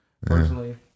Personally